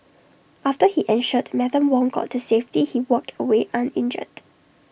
after he ensured Madam Wong got to safety he walked away uninjured